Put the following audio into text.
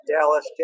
Dallas